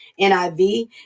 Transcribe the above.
NIV